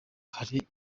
hari